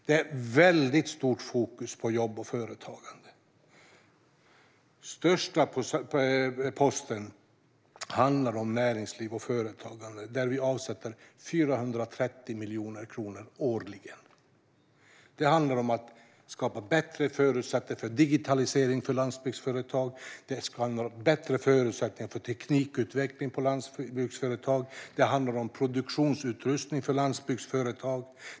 Det första området är jobb och företagande. Det är stort fokus på det. Den största posten handlar om näringsliv och företagande, och vi avsätter 430 miljoner årligen. Det handlar om att skapa bättre förutsättningar för digitalisering och teknikutveckling på landsbygdsföretag, och det handlar om produktionsutrustning för landsbygdsföretag.